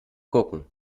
gucken